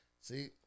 see